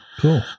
Cool